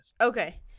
Okay